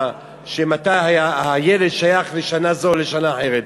אם הילד שייך לשנה זו או לשנה אחרת.